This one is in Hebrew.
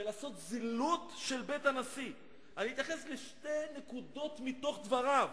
אני אמרתי שמיעוט הוא